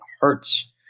Hurts